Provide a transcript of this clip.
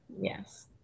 Yes